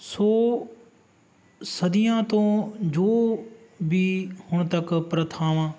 ਸੋ ਸਦੀਆਂ ਤੋਂ ਜੋ ਵੀ ਹੁਣ ਤੱਕ ਪ੍ਰਥਾਵਾਂ